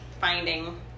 finding